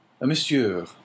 Monsieur